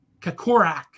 Kakorak